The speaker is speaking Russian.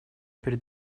перед